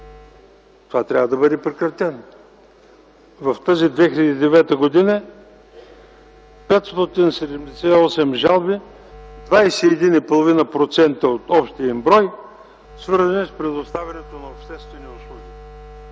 Това трябва да бъде прекратено. През 2009 г. 578 жалби (21,5% от общия им брой) са свързани с предоставянето на обществени услуги.